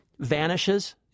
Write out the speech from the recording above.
vanishes